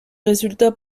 résultat